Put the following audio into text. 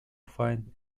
find